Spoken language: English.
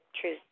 true